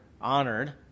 honored